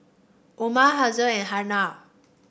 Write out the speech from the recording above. Umar Haziq and Hana